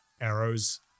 arrows